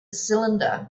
cylinder